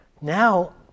Now